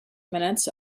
minutes